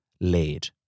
laid